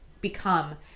become